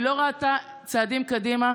היא לא ראתה צעדים קדימה.